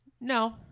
no